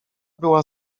była